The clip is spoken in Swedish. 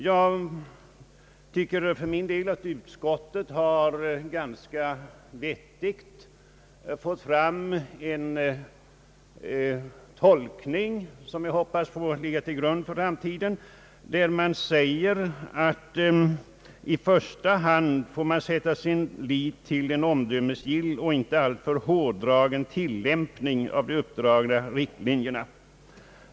Jag tycker för min del att utskottet har fått fram en ganska vettig tolkning som jag hoppas får ligga till grund för framtiden. Utskottet skriver att man i första hand får sätta sin lit till en omdömesgill och inte alltför hårdragen tillämpning av de uppdragna riktlinjerna.